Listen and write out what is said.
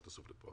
אל תעשו פלאט פה,